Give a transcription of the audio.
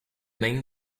main